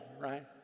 right